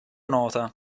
nota